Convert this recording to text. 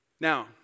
Now